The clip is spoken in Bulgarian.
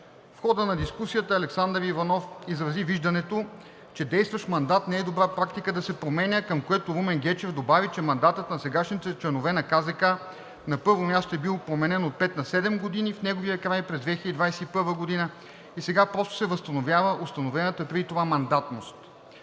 В хода на дискусията Александър Иванов изрази виждането, че действащ мандат не е добра практика да се променя, към което Румен Гечев добави, че мандатът на сегашните членове на КЗК на първо място е бил променен от пет на седем години в неговия край през 2021 г. и сега просто се възстановява установената преди това мандатност.